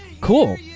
Cool